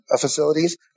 facilities